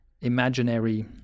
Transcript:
imaginary